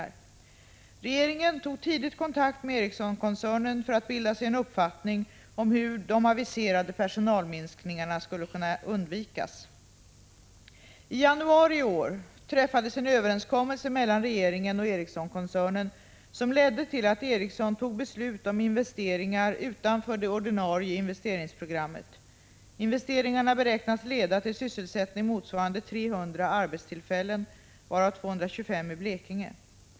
Regeringen tog tidigt kontakt med Ericssonkoncernen för att bilda sig en uppfattning om hur de aviserade personalminskningarna skulle kunna undvikas. I januari i år träffades en överenskommelse mellan regeringen och Ericssonkoncernen som ledde till att Ericsson tog beslut om investeringar utanför det ordinarie investeringsprogrammet. Investeringarna beräknas leda till sysselsättning motsvarande 300 arbetstillfällen, varav 225 i Blekinge.